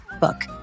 book